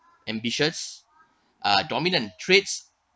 ambitious uh dominant traits